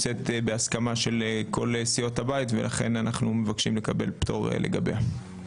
מוסכמת על כל סיעות הבית ולכן אנחנו מבקשים לקבל פטור לגביה.